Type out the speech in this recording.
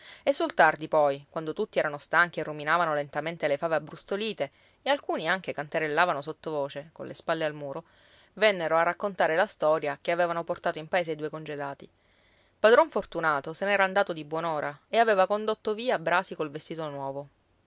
e sul tardi poi quando tutti erano stanchi e ruminavano lentamente le fave abbrustolite e alcuni anche cantarellavano sottovoce colle spalle al muro vennero a raccontare la storia che avevano portato in paese i due congedati padron fortunato se n'era andato di buon'ora e aveva condotto via brasi col vestito nuovo